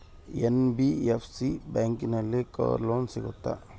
NBFC ಬ್ಯಾಂಕಿನಲ್ಲಿ car loan ಸಿಗುತ್ತಾ?